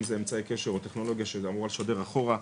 אם זה אמצעי קשר או טכנולוגיה שאמורה לשדר אחורה,